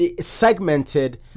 segmented